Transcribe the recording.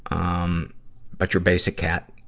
um but your basic cat.